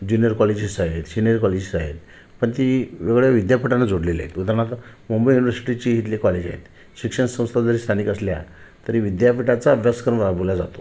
junior colleges आहेत senior colleges आहेत पण ती वेगळ्या विद्यापीठांना जोडलेली आहेत उदाहरणार्थ मुंबई युनिवर्सिटीची इथली कॉलेज आहेत शिक्षण संस्था जरी स्थानिक असल्या तरी विद्यापीठाचा अभ्यासक्रम राबवला जातो